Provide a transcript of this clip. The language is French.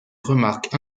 remarques